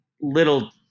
Little